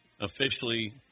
Officially